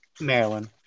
Maryland